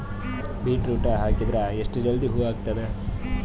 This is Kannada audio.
ಬೀಟರೊಟ ಹಾಕಿದರ ಎಷ್ಟ ಜಲ್ದಿ ಹೂವ ಆಗತದ?